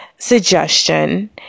suggestion